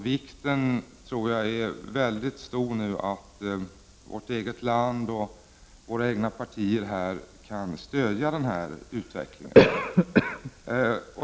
Jag tror det är av stor vikt att vårt eget land och våra egna partier nu kan stödja den här utvecklingen.